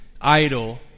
idol